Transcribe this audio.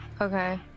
Okay